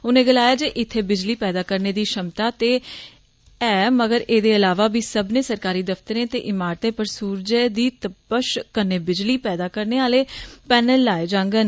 उनें गलाया जे इत्थे बिजली पैदा करने दी छमता ते ऐ गै पर एह्दे इलावा बी सब्मनें सरकारी दफतरें ते ईमारतें पर सूरजै दी तपश कन्नै बिजली पैदा करने आले पैनल लाए जांडन